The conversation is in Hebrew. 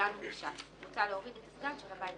מהסיעות: כולנו,